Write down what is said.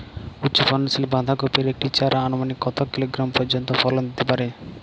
উচ্চ ফলনশীল বাঁধাকপির একটি চারা আনুমানিক কত কিলোগ্রাম পর্যন্ত ফলন দিতে পারে?